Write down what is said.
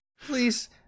Please